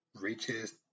reaches